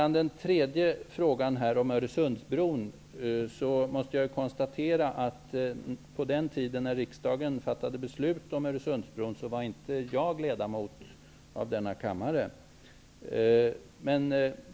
När det gäller Öresundsbron, måste jag konstatera att jag inte var ledamot av denna kammare på den tiden då riksdagen fattade beslut om bron.